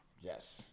Yes